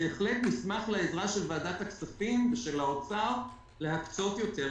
בהחלט נשמח לעזרה של ועדת הכספים ושל משרד האוצר להקצות יותר לפריפריה.